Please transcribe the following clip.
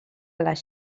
les